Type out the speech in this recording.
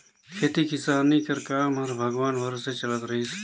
खेती किसानी कर काम हर भगवान भरोसे चलत रहिस